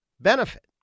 benefit